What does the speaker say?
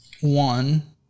one